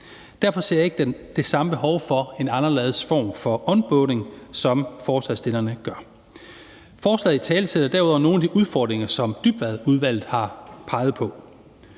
Derfor ser jeg ikke det samme behov for en anderledes form for onboarding, som forslagsstillerne gør. Forslaget italesætter derudover nogle af de udfordringer, som Dybvadudvalget har peget på.